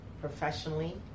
professionally